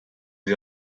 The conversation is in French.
les